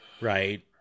Right